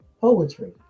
poetry